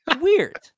Weird